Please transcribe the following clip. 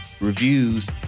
reviews